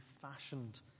fashioned